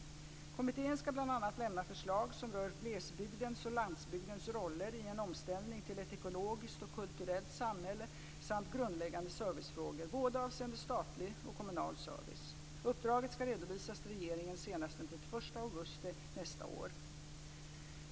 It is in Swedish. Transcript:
Kommittén ska bl.a. lämna förslag som rör glesbygdens och landsbygdens roller i en omställning till ett ekologiskt och kulturellt samhälle samt grundläggande servicefrågor, både avseende statlig och avseende kommunal service. Uppdraget ska redovisas till regeringen senast den 31 augusti nästa år.